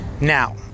now